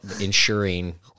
ensuring